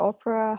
Opera